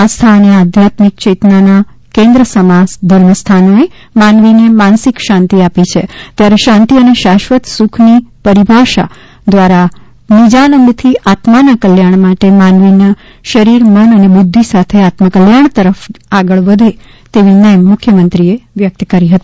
આસ્થા અને આધ્યાત્મિક ચેતનાના કેન્દ્ર સમા ધર્મસ્થાનોએ માનવીને માનસિક શાંતિ આપી છે ત્યારે શાંતિ અને શાશ્વત સુખની પરિભાષા દ્વારા નિજાનંદથી આત્માના કલ્યાણ માટે માનવી શરીર મન અને બુધ્ધિ સાથે આત્મકલ્યાણ તરફ આગળ વધે તેવી નેમ મુખ્યમંત્રીશ્રીએ વ્યકત કરી હતી